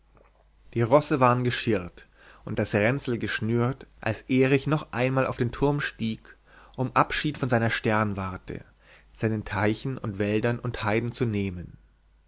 die rosse waren geschirrt und das ränzel geschnürt als erich noch einmal auf den turm stieg um abschied von seiner sternwarte seinen teichen und wäldern und heiden zu nehmen